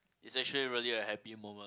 is actually really a happy moment